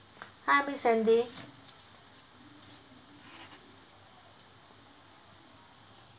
hi miss sandy